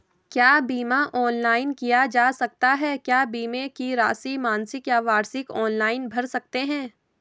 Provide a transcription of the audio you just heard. क्या बीमा ऑनलाइन किया जा सकता है क्या बीमे की राशि मासिक या वार्षिक ऑनलाइन भर सकते हैं?